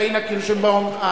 פאינה קירשנבאום.